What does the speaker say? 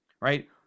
right